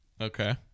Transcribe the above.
Okay